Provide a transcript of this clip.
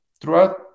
throughout